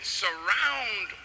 surround